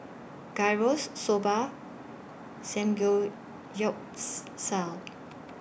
Gyros Soba